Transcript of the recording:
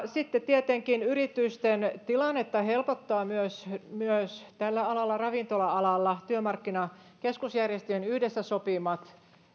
sitten tietenkin yritysten tilannetta helpottavat myös tällä alalla ravintola alalla työmarkkinakeskusjärjestöjen yhdessä sopimat